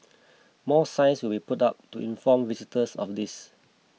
more signs will be put up to inform visitors of this